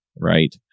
right